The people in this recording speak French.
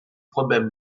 problèmes